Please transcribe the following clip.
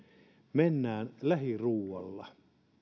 mennään lähiruualla